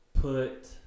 put